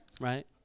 Right